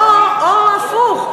או הפוך,